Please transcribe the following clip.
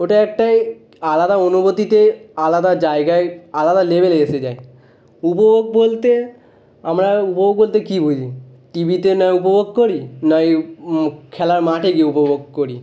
ওটা একটাই আলাদা অনুভূতিতে আলাদা জায়গায় আলাদা লেভেলে এসে যায় উপভোগ বলতে আমরা উপভোগ বলতে কী বুঝি টি ভিতে নয় উপভোগ করি নয় খেলার মাঠে গিয়ে উপভোগ করি